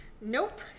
Nope